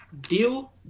Deal